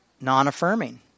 non-affirming